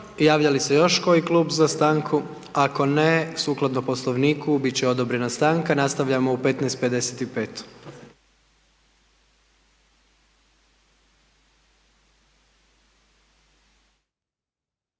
Javlja li se još koji klub za stanku? Ako ne, sukladno Poslovniku bit će odobrena stanka, nastavljamo u 15, 55.